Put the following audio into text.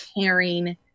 caring